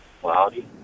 Cloudy